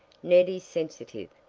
ned is sensitive,